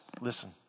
Listen